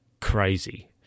Crazy